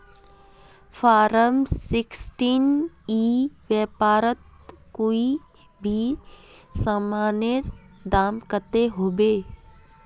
Form sixteen ई व्यापारोत कोई भी सामानेर दाम कतेक होबे?